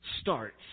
starts